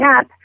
up